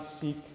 seek